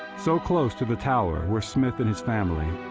so close to the tower were smith and his family,